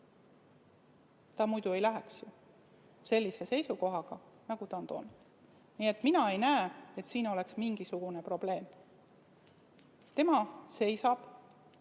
Ta muidu ei läheks selliste seisukohtadega. Nii et mina ei näe, et siin oleks mingisugune probleem. Tema seisab